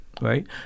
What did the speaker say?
right